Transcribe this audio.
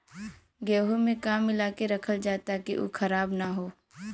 गेहूँ में का मिलाके रखल जाता कि उ खराब न हो?